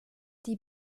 die